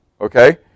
okay